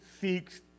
seeks